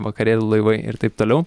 vakarėlių laivai ir taip toliau